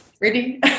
ready